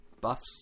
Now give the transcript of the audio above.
buffs